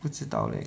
不知道 leh